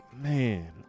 Man